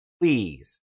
please